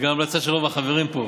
זו גם ההמלצה של רוב החברים פה,